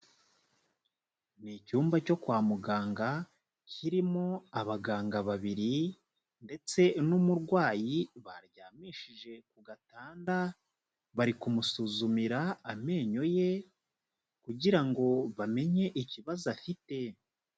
Ni icyumba cyo kwa muganga kirimo abaganga babiri, ndetse n'umurwayi baryamishije ku gatanda, bari kumusuzumira amenyo ye, kugira ngo bamenye ikibazo afite.